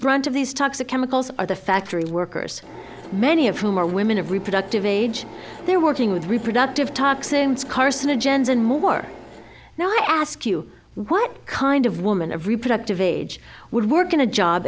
brunt of these toxic chemicals are the factory workers many of whom are women of reproductive age they're working with reproductive toxicants carcinogens and more now i ask you what kind of woman of reproductive age would work in a job